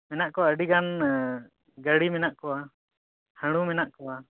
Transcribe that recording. ᱢᱮᱱᱟᱜ ᱠᱚᱣᱟ ᱟᱹᱰᱤᱜᱟᱱ ᱜᱟᱹᱬᱤ ᱢᱮᱱᱟᱜ ᱠᱚᱣᱟ ᱦᱟᱹᱬᱩ ᱢᱮᱱᱟᱜ ᱠᱚᱣᱟ